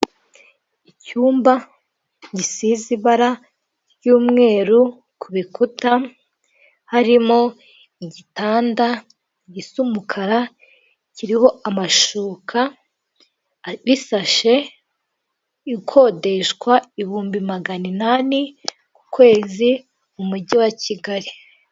Icyumba gisize ibara ry'umweru ku bikuta, harimo igitanda gisa umukara, kiriho amashuka; bisashe ikodeshwa ibihumbi magana inani, ku kwezi mu mujyi wa kigali.